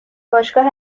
باشگاه